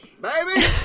baby